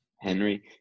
Henry